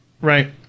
right